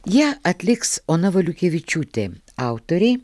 ją atliks ona valiukevičiūtė autoriai